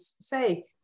say